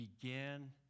begin